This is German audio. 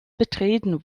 betreten